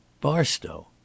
Barstow